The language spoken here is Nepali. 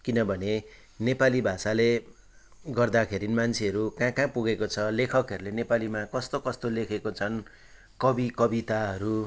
किनभने नेपाली भाषाले गर्दाखेरि मान्छेहरू कहाँ कहाँ पुगेको छ लेखकहरूले नेपालीमा कस्तो कस्तो लेखेको छन् कवि कविताहरू